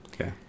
okay